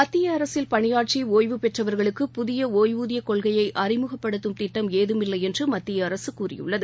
மத்தியஅரசில் பணியாற்றிஒய்வு பெற்றவர்களுக்கு புதியஒய்வூதியக் கொள்கையைஅறிமுகப்படுத்தும் திட்டம் ஏதுமில்லைன்றுமத்தியஅரசுகூறியுள்ளது